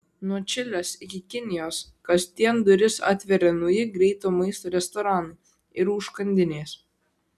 nuo čilės iki kinijos kasdien duris atveria nauji greito maisto restoranai ir užkandinės